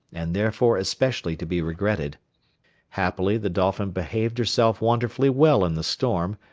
and therefore especially to be regretted happily the dolphin behaved herself wonderfully well in the storm,